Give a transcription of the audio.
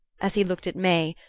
as he looked at may,